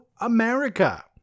America